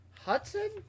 Hudson